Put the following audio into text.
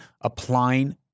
applying